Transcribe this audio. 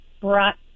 brought